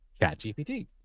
ChatGPT